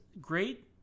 great